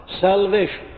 Salvation